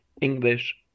English